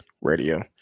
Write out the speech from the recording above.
radio